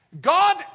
God